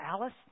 Alice